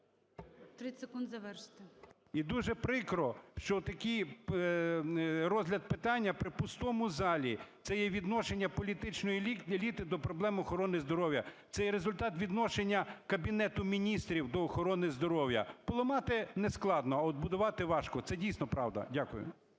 І дуже прикро, що такий розгляд питання при пустому залі. Це є відношення політичної еліти до проблем охорони здоров'я. Це є результат відношення Кабінету Міністрів до охорони здоров'я. Поламати нескладно, а от будувати важко, це, дійсно, правда. Дякую.